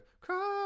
cry